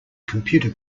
computer